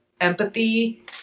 empathy